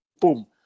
boom